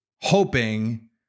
hoping